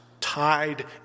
tied